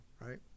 right